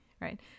right